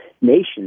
nations